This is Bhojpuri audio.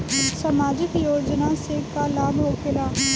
समाजिक योजना से का लाभ होखेला?